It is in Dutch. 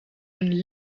hun